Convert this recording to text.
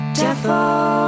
devil